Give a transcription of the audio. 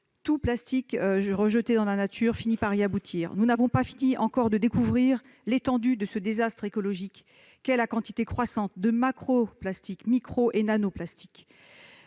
Tout plastique rejeté dans la nature finit par y aboutir. Nous n'avons pas encore fini de découvrir l'étendue de ce désastre écologique, la quantité croissante de macroplastiques, de microplastiques